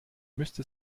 müsste